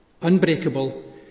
unbreakable